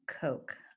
Coke